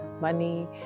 money